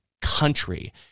country